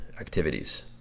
activities